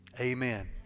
amen